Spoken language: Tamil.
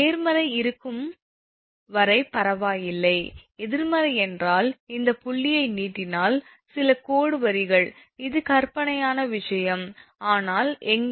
நேர்மறை இருக்கும் வரை பரவாயில்லை எதிர்மறை என்றால் இந்த புள்ளியை நீட்டினால் சில கோடு வரிகள் அது கற்பனையான விஷயம் ஆனால் எங்காவது அந்த புள்ளி 𝑂 ஆகும்